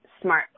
smart